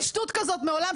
לא שמעתי שטות כזאת מעולם.